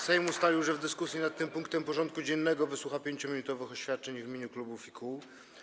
Sejm ustalił, że w dyskusji nad tym punktem porządku dziennego wysłucha 5-minutowych oświadczeń w imieniu klubów i kół.